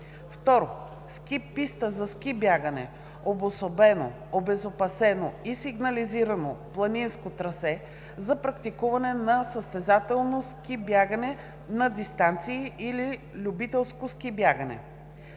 2. ски писта за ски бягане – обособено, обезопасено и сигнализирано планинско трасе за практикуване на състезателно ски бягане на дистанции или любителско ски бягане.“.